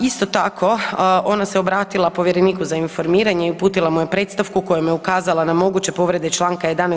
Isto tako ona se obratila povjereniku za informiranje i uputila mu je predstavku kojom je ukazala na moguće povrede čl. 11.